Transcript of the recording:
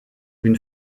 une